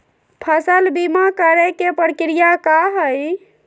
फसल बीमा करे के प्रक्रिया का हई?